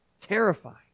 terrifying